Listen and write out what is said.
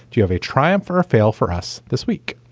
do you have a triumph for fail for us this week?